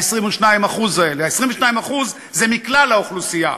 ה-22% האלה: 22% הם מכלל האוכלוסייה.